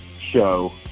show